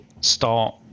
start